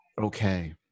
Okay